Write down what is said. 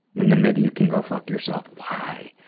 and then maybe you can go fuck yourself. why?